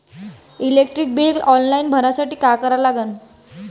Electric bill online भरासाठी का करा लागन?